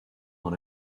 dans